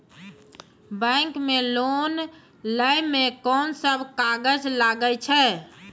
Bank मे loan लै मे कोन सब कागज लागै छै?